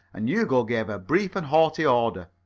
and hugo gave a brief and haughty order.